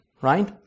right